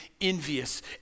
envious